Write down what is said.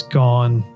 gone